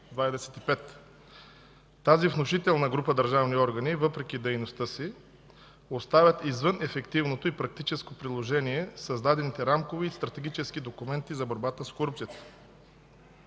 Тази внушителна група държавни органи, въпреки дейността си, остават извън ефективното и практическо приложение на създадените рамкови и стратегически документи за борбата с корупцията.